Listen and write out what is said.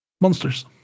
monsters